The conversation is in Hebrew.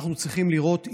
אנחנו צריכים לראות,